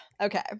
Okay